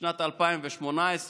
בהעסקה ישירה.